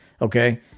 Okay